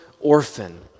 orphan